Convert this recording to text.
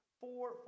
four